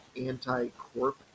anti-corp